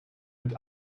mit